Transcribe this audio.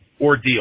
ordeal